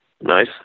Nice